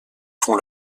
font